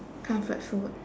comfort food